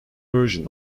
version